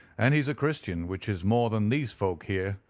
and he's a christian, which is more than these folk here,